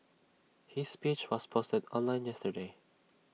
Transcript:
his speech was posted online yesterday